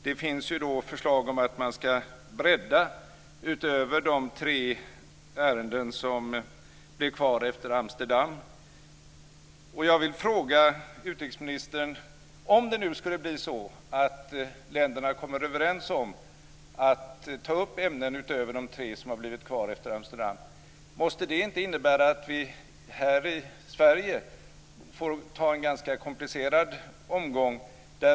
Det finns förslag om att man ska bredda utöver de tre ärenden som blev kvar efter Amsterdammötet. Jag vill fråga utrikesministern: Om det nu blir så att länderna kommer överens om att ta upp ämnen utöver de tre som blivit kvar efter Amsterdammötet, måste inte det innebära att vi här i Sverige får ta en ganska komplicerad omgång?